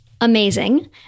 amazing